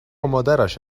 مادرش